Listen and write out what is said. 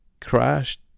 crashed